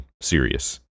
serious